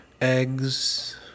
eggs